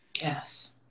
Yes